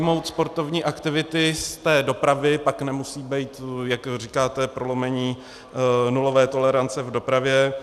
Vyjmout sportovní aktivity z dopravy, pak nemusí být, jak říkáte, prolomení nulové tolerance v dopravě.